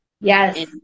Yes